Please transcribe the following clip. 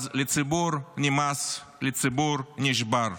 אז לציבור נמאס, לציבור נשבר.